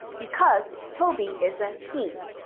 because toby is a he.